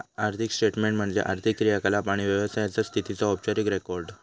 आर्थिक स्टेटमेन्ट म्हणजे आर्थिक क्रियाकलाप आणि व्यवसायाचा स्थितीचो औपचारिक रेकॉर्ड